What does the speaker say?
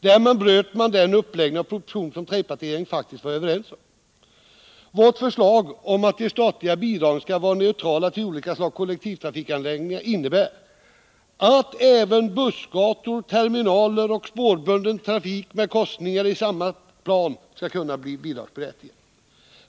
Därmed bröt man den uppläggning av propositionen som trepartiregeringen faktiskt var överens om. - Våra förslag om att de statliga bidragen skall vara neutrala till olika slags kollektivtrafikanläggningar innebär att även bussgator, terminaler och spårbunden trafik med korsningar i samma plan skall kunna bli bidragsberättigade.